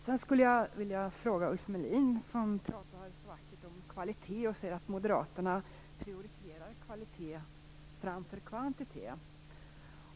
Jag skulle vilja ställa en fråga till Ulf Melin, som talar så vackert om kvalitet och menar att Moderaterna prioriterar kvalitet framför kvantitet.